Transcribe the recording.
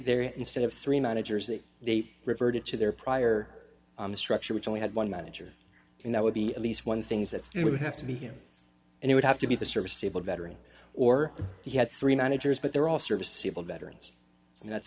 there instead of three managers that they reverted to their prior structure which only had one manager and that would be at least one things that we would have to be here and he would have to be the service able veteran or he had three managers but they're all serviceable veterans and that's